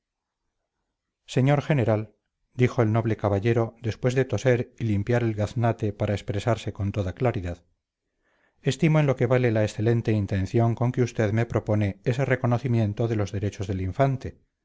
señor general dijo el noble caballero después de toser y limpiar el gaznate para expresarse con toda claridad estimo en lo que vale la excelente intención con que usted me propone ese reconocimiento de los derechos del infante